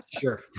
Sure